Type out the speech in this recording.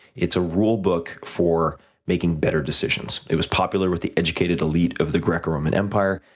it's a rule book for making better decisions. it was popular with the educated elite of the greco-roman empire,